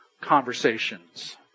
conversations